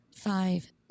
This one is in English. five